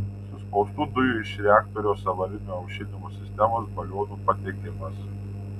suspaustų dujų iš reaktoriaus avarinio aušinimo sistemos balionų patekimas